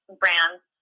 brands